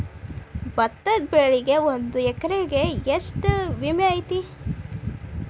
ಭತ್ತದ ಬೆಳಿಗೆ ಒಂದು ಎಕರೆಗೆ ಎಷ್ಟ ಬೆಳೆ ವಿಮೆ ಐತಿ?